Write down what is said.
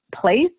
place